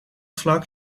vlak